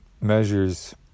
measures